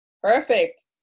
perfect